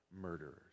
murderers